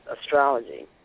astrology